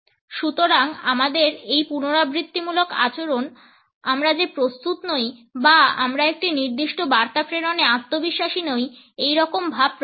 সুতরাং আমাদের এই পুনরাবৃত্তিমূলক আচরণ আমরা যে প্রস্তুত নই এবং আমরা একটি নির্দিষ্ট বার্তা প্রেরণে আত্মবিশ্বাসী নই এই রকম ভাব প্রকাশ করে